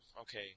okay